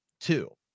Two